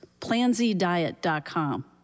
PlanZDiet.com